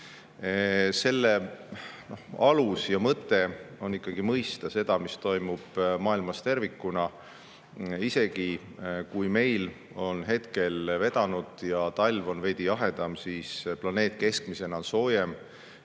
Selle alus ja mõte on ikkagi mõista seda, mis toimub maailmas tervikuna. Isegi kui meil on hetkel vedanud ja talv on veidi jahedam, on planeet keskmisena soojem.